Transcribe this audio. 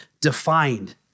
defined